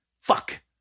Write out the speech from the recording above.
fuck